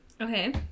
Okay